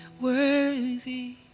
worthy